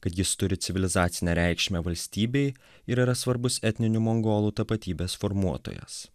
kad jis turi civilizacinę reikšmę valstybei ir yra svarbus etninių mongolų tapatybės formuotojas